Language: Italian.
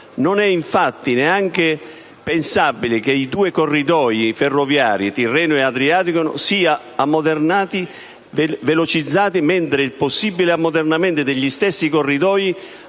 Non è infatti neanche pensabile che i due corridoi ferroviari (tirrenico e adriatico) siano ammodernati e velocizzati mentre il possibile ammodernamento degli stessi corridoi